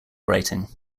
writing